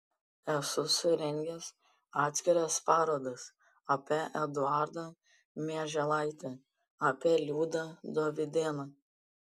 esu surengęs atskiras parodas apie eduardą mieželaitį apie liudą dovydėną